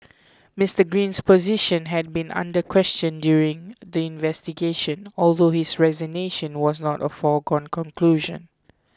Mister Green's position had been under question during the investigation although his resignation was not a foregone conclusion